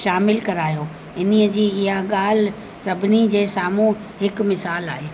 शामिलु करायो इन ई जी इहा ॻाल्हि सभिनी जे साम्हूं हिकु मिसालु आहे